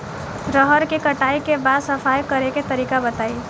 रहर के कटाई के बाद सफाई करेके तरीका बताइ?